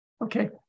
Okay